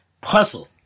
puzzle